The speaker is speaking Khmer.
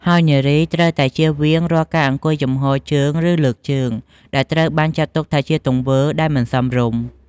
ហើយនារីត្រូវតែជៀសវាងរាល់ការអង្គុយចំហរជើង ឬលើកជើង ដែលត្រូវបានចាត់ទុកថាជាទង្វើដែលមិនសមរម្យ។